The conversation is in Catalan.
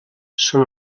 són